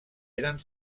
eren